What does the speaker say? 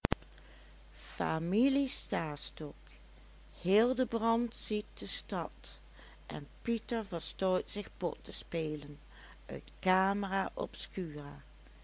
maakte hildebrand ziet de stad en pieter verstout zich pot te spelen ik